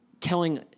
telling